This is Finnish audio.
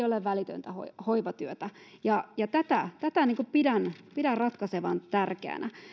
ole välitöntä hoivatyötä ja ja tätä tätä pidän ratkaisevan tärkeänä